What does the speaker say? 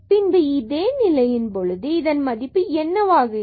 பின்பு இதே நிலையில் பொழுது இதன் மதிப்பு என்னவாக இருக்கும்